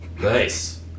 Nice